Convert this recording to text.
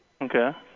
Okay